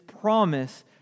promise